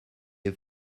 est